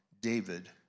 David